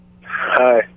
Hi